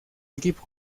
equipo